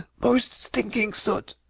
most stinking soot!